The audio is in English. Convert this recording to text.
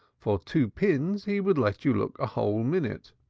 for two pins he would let you look a whole minute.